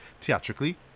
theatrically